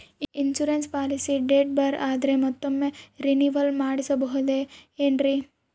Insurance policy date ಬಾರ್ ಆದರೆ ಮತ್ತೊಮ್ಮೆ ರಿನಿವಲ್ ಮಾಡಿಸಬಹುದೇ ಏನ್ರಿ?